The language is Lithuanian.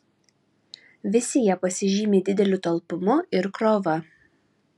visi jie pasižymi dideliu talpumu ir krova